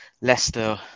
Leicester